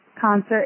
concert